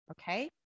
okay